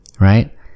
Right